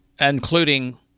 including